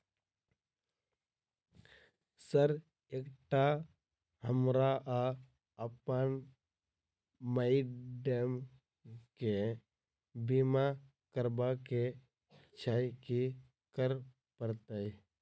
Sir एकटा हमरा आ अप्पन माइडम केँ बीमा करबाक केँ छैय की करऽ परतै?